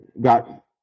got